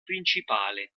principale